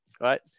Right